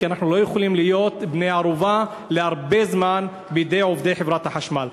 כי אנחנו לא יכולים להיות בני-ערובה להרבה זמן בידי עובדי חברת החשמל.